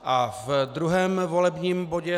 A v druhém volebním bodě